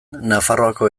nafarroako